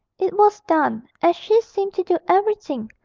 it was done, as she seemed to do everything,